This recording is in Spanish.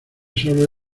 solo